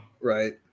Right